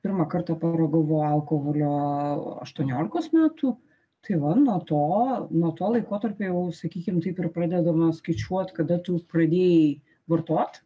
pirmą kartą paragavau alkoholio aštuoniolikos metų tai va nuo to nuo to laikotarpio jau sakykim taip ir pradedama skaičiuot kada tu pradėjai vartot